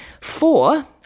Four